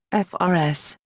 f r s,